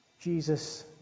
Jesus